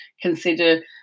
consider